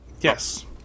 Yes